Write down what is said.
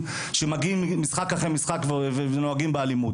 שמגיעים משחק אחרי משחק ונוהגים באלימות.